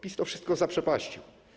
PiS to wszystko zaprzepaścił.